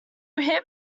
him